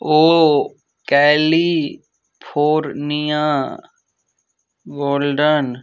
O California golden